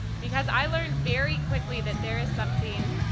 because i learned very quickly that there is something